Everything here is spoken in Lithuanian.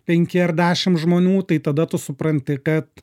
penki ar dešim žmonių tai tada tu supranti kad